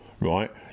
right